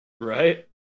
Right